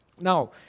Now